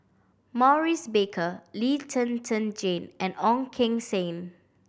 Maurice Baker Lee Zhen Zhen Jane and Ong Keng Sen